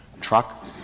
truck